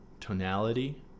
tonality